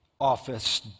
Office